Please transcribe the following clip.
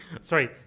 Sorry